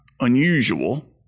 unusual